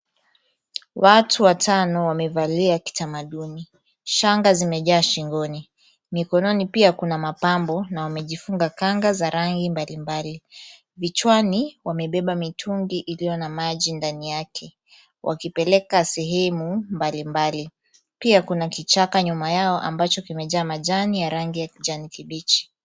Watu watano, wamevalia kitamaduni. Shanga zimejaa shingoni. Mikononi pia kuna mapambo na wamejifunga kanga za rangi mbalimbali. Vichwani wamebeba mitungi iliyo na maji ndani yake. Wakipeleka sehemu mbalimbali. Pia kuna kichaka nyuma yao ambacho kimejaa majani ya rangi ya kijani kibichi.